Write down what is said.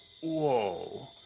whoa